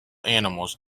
animals